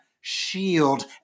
Shield